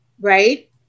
right